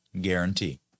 guarantee